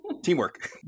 Teamwork